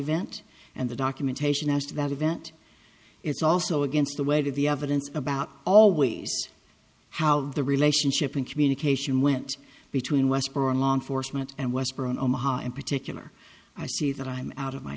event and the documentation as to that event it's also against the way to the evidence about always how the relationship and communication went between westboro and law enforcement and westboro in omaha in particular i see that i'm out of my